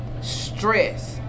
stress